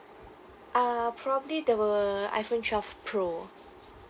uh probably there will iphone twelve pro